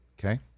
Okay